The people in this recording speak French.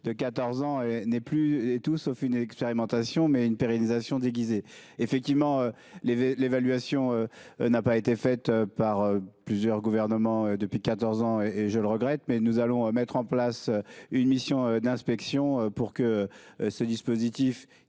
de 14 ans n'est plus est tout sauf une expérimentation mais une pérennisation déguisé effectivement les les l'évaluation. N'a pas été faite par plusieurs gouvernements depuis 14 ans et je le regrette mais nous allons à mettre en place une mission d'inspection pour que ce dispositif